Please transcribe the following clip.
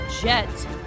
Jet